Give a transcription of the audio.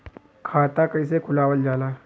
खाता कइसे खुलावल जाला?